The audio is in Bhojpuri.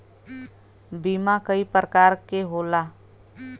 बीमा कई परकार के होला